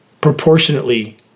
proportionately